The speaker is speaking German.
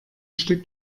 stück